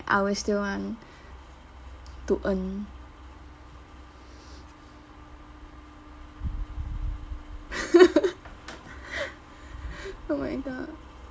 I will still want to earn oh my god